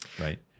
right